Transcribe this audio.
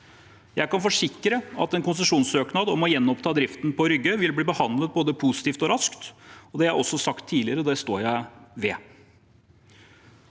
Jeg kan forsikre om at en konsesjonssøknad om å gjenoppta driften på Rygge vil bli behandlet både positivt og raskt. Det har jeg også sagt tidligere, og det står jeg ved.